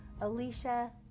Alicia